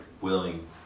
willing